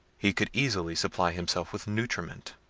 he could easily supply himself with nutriment.